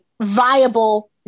viable